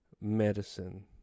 medicine